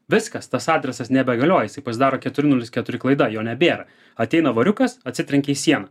viskas tas adresas nebegalioja jisai pasidaro keturi nulis keturi klaida jo nebėra ateina voriukas atsitrenkė į sieną